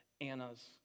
Anna's